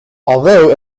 although